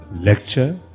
lecture